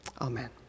Amen